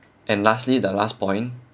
and lastly the last point